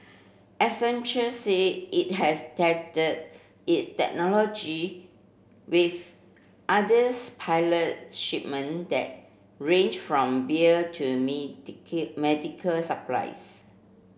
Accenture said it has tested its technology with others pilot shipment that range from beer to medical supplies